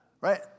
Right